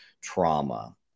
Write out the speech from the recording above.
trauma